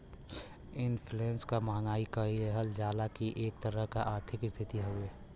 inflation क महंगाई कहल जाला इ एक तरह क आर्थिक स्थिति हउवे